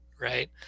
right